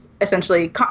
essentially